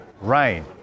Rain